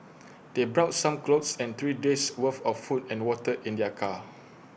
they brought some clothes and three days' worth of food and water in their car